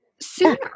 sooner